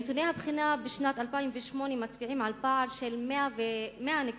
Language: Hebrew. נתוני הבחינה בשנת 2008 מצביעים על פער של 100 נקודות.